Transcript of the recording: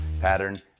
pattern